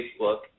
Facebook